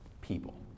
people